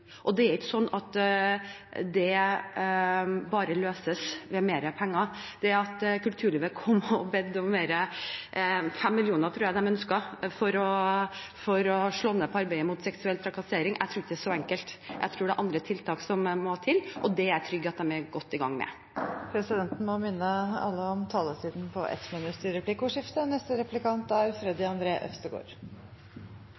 og det er ikke slik at det bare løses med mer penger. Kulturlivet kom og ba om mer, 5 mill. kr tror jeg det var de ønsket, for å slå ned på og arbeide mot seksuell trakassering – jeg tror ikke det er så enkelt . Jeg tror det må til andre tiltak, og det er jeg trygg på at de er godt i gang med. Presidenten må minne alle om taletiden på 1 minutt i replikkordskiftet. Vi i SV er